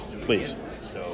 please